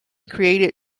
created